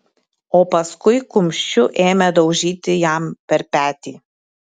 o paskui kumščiu ėmė daužyti jam per petį